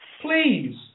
Please